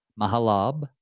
Mahalab